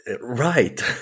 Right